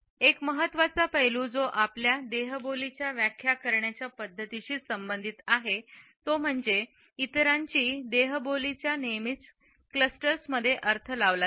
एक महत्त्वाचा पैलू जो आपल्या देहबोली च्या व्याख्या करण्याच्या पद्धतीशी संबंधित आहे तो म्हणजे इतरांची देहबोलीचा नेहमीच क्लस्टर्समध्ये अर्थ लावला जातो